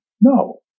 No